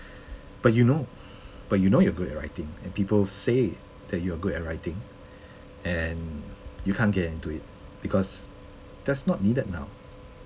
but you know but you know you are good at writing and people say that you are good at writing and you can't get into it because that's not needed now